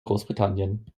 großbritannien